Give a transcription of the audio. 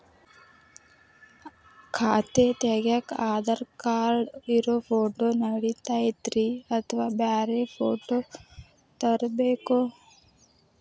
ಖಾತೆ ತಗ್ಯಾಕ್ ಆಧಾರ್ ಕಾರ್ಡ್ ಇರೋ ಫೋಟೋ ನಡಿತೈತ್ರಿ ಅಥವಾ ಬ್ಯಾರೆ ಫೋಟೋ ತರಬೇಕೋ?